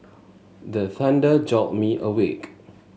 the thunder jolt me awake